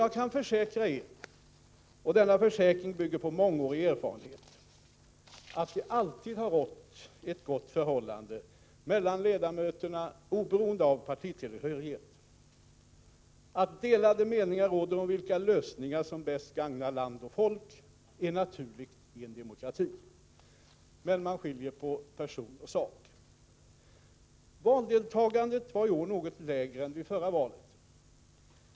Jag kan försäkra er — och denna försäkran bygger på mångårig erfarenhet — att det alltid har rått ett gott förhållande mellan ledamöterna oberoende av partitillhörighet. Att delade meningar råder om vilka lösningar som bäst gagnar land och folk är naturligt i en demokrati. Men man skiljer på person och sak. Valdeltagandet var i år något lägre än vid förra valet.